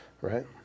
right